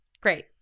Great